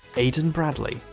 aidan bradley,